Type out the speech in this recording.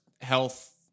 health